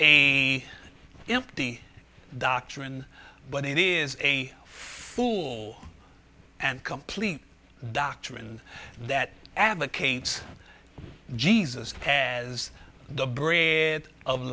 empty doctrine but it is a fool and complete doctrine that advocates jesus as the br